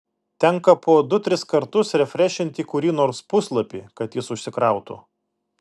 tenka po du tris kartus refrešinti kurį nors puslapį kad jis užsikrautų